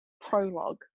Prologue